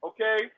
Okay